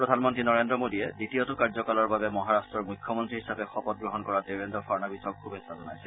প্ৰধানমন্ত্ৰী নৰেন্দ্ৰ মোদীয়ে দ্বিতীয়টো কাৰ্যকালৰ বাবে মহাৰট্টৰ মুখ্যমন্ত্ৰী হিচাপে শপতগ্ৰহণ কৰা দেৱেন্দ্ৰ ফড়নৱিছক শুভেচ্ছা জনাইছে